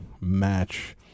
match